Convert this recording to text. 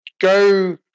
Go